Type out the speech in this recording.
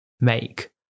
make